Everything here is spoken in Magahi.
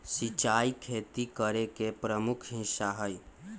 सिंचाई खेती करे के प्रमुख हिस्सा हई